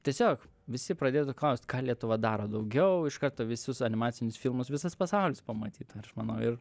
tiesiog visi pradėtų klaust ką lietuva daro daugiau iš karto visus animacinius filmus visas pasaulis pamatytų aš manau ir